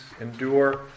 endure